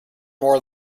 more